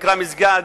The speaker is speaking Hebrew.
שנקרא "מסגד",